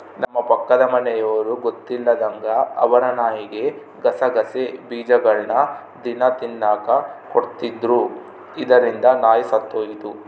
ನಮ್ಮ ಪಕ್ಕದ ಮನೆಯವರು ಗೊತ್ತಿಲ್ಲದಂಗ ಅವರ ನಾಯಿಗೆ ಗಸಗಸೆ ಬೀಜಗಳ್ನ ದಿನ ತಿನ್ನಕ ಕೊಡ್ತಿದ್ರು, ಇದರಿಂದ ನಾಯಿ ಸತ್ತೊಯಿತು